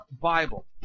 Bible